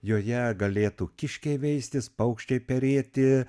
joje galėtų kiškiai veistis paukščiai perėti